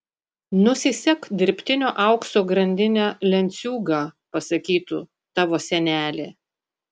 nusisek dirbtinio aukso grandinę lenciūgą pasakytų tavo senelė